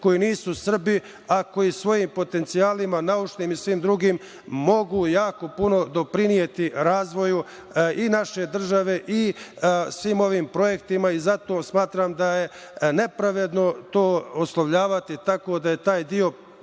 koji nisu Srbi, a koji svojim potencijalima, naučnim i svim drugim, mogu jako puno doprineti razvoju i naše države i svim ovim projektima i zato smatram da je nepravedno to oslovljavati tako da je taj deo